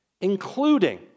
including